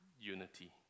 unity